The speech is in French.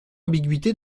ambiguïté